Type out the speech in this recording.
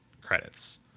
credits